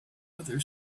other